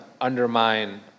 undermine